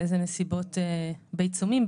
באילו נסיבות בעיצומים.